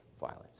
violence